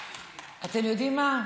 אתם יודעים מה,